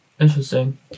Interesting